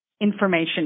information